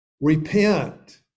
Repent